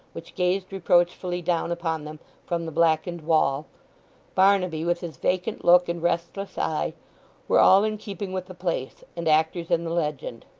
which gazed reproachfully down upon them from the blackened wall barnaby, with his vacant look and restless eye were all in keeping with the place, and actors in the legend.